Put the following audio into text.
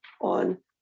on